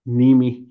nimi